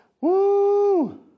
Woo